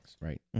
right